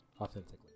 Authentically